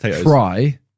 try